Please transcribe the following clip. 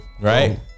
Right